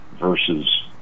versus